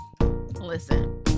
listen